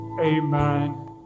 Amen